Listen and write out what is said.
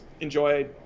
enjoy